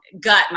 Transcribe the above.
gut